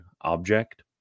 object